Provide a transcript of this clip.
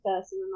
person